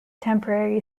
temporary